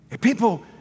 people